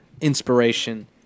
inspiration